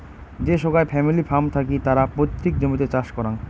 যে সোগায় family farm থাকি তারা পৈতৃক জমিতে চাষ করাং